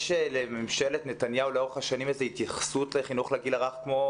יש לממשלת נתניהו איזושהי התייחסות לחינוך לגיל הרך כמו